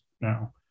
now